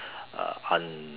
uh un~